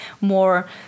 more